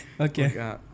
Okay